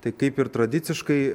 tai kaip ir tradiciškai